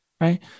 right